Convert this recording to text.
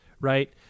right